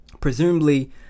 presumably